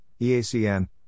EACN